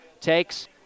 takes